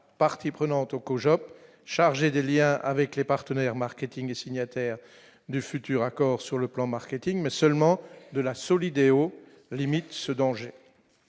partie prenante au COJO chargé des Liens avec les partenaires marketing et signataire du futur accord sur le plan marketing, mais seulement de la Solideo limite ce danger,